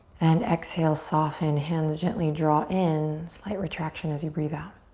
and exhale, soften, hands gently draw in, slight retraction as you breathe out.